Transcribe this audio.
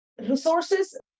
Resources